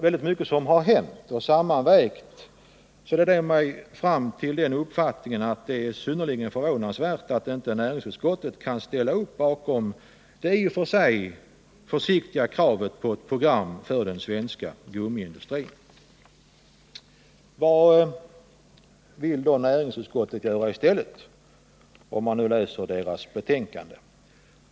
Väldigt mycket har alltså hänt, och sammantaget leder detta mig fram till uppfattningen att det är synnerligen förvånansvärt att näringsutskottet inte kan ställa upp bakomrdet i och för sig försiktiga kravet på ett program för den svenska gummiifdustrin. När man läser utskottsbetänkandet kan man fråga sig vad näringsutskottet i stället vill göra.